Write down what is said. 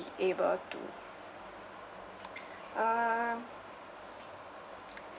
able to uh